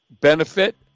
benefit